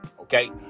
Okay